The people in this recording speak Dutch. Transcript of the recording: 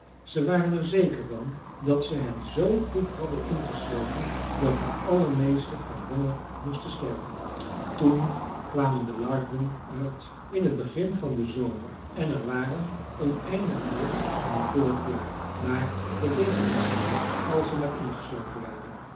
ze waren er zeker van dat ze hen zoo goed hadden ingesloten dat de allermeeste van honger moesten sterven toen kwamen de larven uit in het begin van den zomer en er waren oneindig meer dan het vorige jaar maar dat deed er immers niet toe als ze maar ingesloten waren